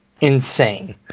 insane